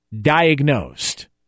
diagnosed